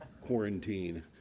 quarantine